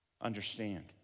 understand